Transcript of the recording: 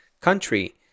country